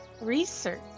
Research